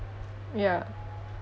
ya